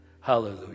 hallelujah